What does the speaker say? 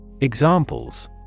Examples